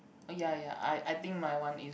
ya ya I I think my one is